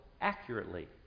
accurately